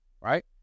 right